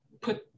put